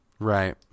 Right